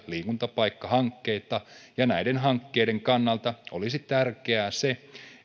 liikuntapaikkahankkeita näiden hankkeiden kannalta olisi tärkeää se